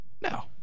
No